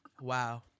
Wow